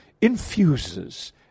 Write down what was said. infuses